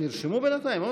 נרשמו בינתיים?